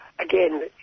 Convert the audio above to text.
Again